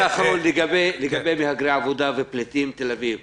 משפט אחרון לגבי מהגרי עבודה ופליטים בתל אביב.